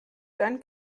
dann